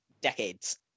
decades